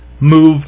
moved